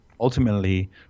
ultimately